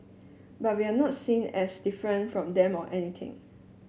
but we're not seen as different from them or anything